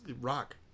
rock